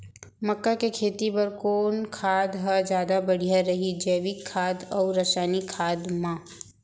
मक्का के खेती बर कोन खाद ह जादा बढ़िया रही, जैविक खाद अऊ रसायनिक खाद मा?